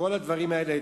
כל הדברים האלה.